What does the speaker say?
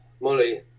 Molly